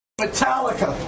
Metallica